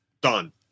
done